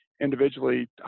individually